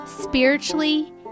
spiritually